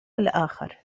الآخر